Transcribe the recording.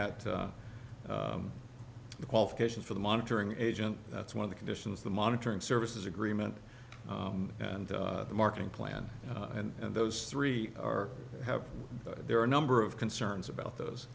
at the qualifications for the monitoring agent that's one of the conditions the monitoring services agreement and the marketing plan and those three are have there are a number of concerns about those